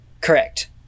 correct